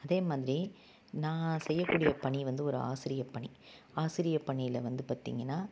அதே மாதிரி நான் செய்ய கூடிய பணி வந்து ஒரு ஆசிரிய பணி ஆசிரிய பணியில் வந்து பார்த்திங்கன்னா